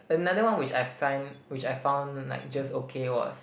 another one which I find which I found like just okay was